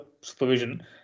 supervision